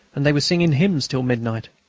and they were singing hymns till midnight.